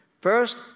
First